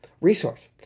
resource